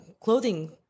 clothing